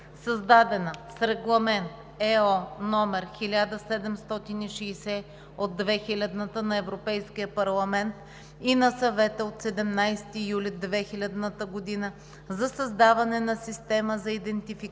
създадена с Регламент (ЕО) № 1760/2000 на Европейския парламент и на Съвета от 17 юли 2000 г. за създаване на система за идентификация